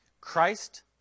Christ